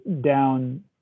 down